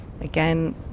again